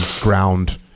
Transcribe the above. ground